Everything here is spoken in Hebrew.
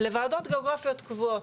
לוועדות גיאוגרפיות קבועות.